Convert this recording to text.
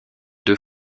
deux